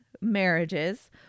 marriages